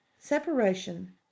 Separation